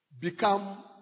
become